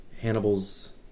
Hannibal's